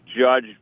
judge